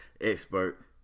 expert